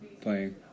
playing